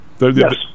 Yes